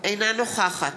אינה נוכחת